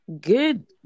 good